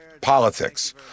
politics